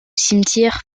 cimetière